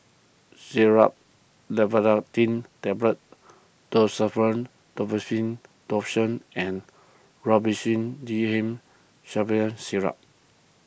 Xyzal Tablets Desowen Lotion and Robitussin D M Syrup